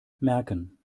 merken